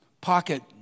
pocket